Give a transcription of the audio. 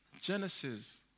Genesis